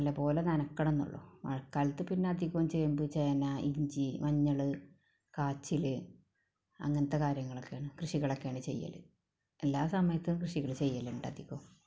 നല്ലപോലെ നനയ്ക്കണം എന്നേ ഉള്ളൂ മഴക്കാലത്ത് പിന്നെ അധികവും ചെയ്യുന്നത് ചേന ഇഞ്ചി മഞ്ഞള് കാച്ചില് അങ്ങനത്തെ കാര്യങ്ങളൊക്കെയാണ് കൃഷികളക്കെയാണ് ചെയ്യല് എല്ലാ സമയത്തും കൃഷികള് ചെയ്യലുണ്ട് അധികവും